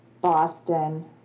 Boston